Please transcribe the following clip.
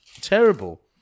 terrible